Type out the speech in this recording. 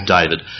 David